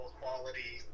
quality